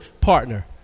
partner